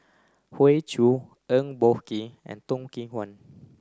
Hoey Choo Eng Boh Kee and Toh Kim Hwa